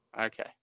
Okay